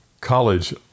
college